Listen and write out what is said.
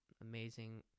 amazing